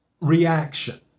reaction